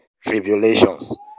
Tribulations